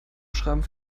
schreiben